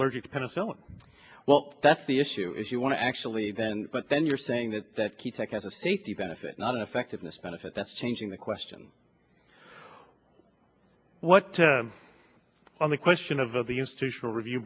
allergic to penicillin well that's the issue if you want to actually then but then you're saying that that key take as a safety benefit not effectiveness benefit that's changing the question what to on the question of of the institutional review